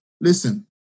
listen